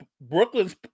Brooklyn's